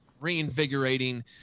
reinvigorating